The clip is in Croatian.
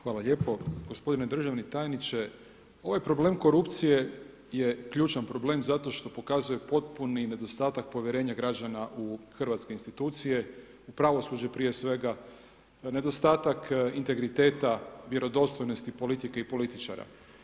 Hvala lijepo, gospodine državni tajniče, ovaj problem korupcije je ključan problem, zato što pokazuje potpuni nedostatak povjerenja građana u hrvatske institucije, pravosuđe prije svega, nedostatak integriteta, vjerodostojnosti, politike i političara.